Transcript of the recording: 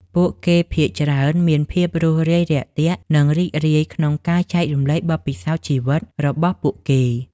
ពួកគេភាគច្រើនមានភាពរួសរាយរាក់ទាក់ និងរីករាយក្នុងការចែករំលែកបទពិសោធន៍ជីវិតរបស់ពួកគេ។